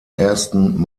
ersten